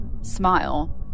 smile